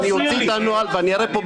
אני אוציא את הנוהל ואני אראה פה,